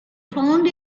found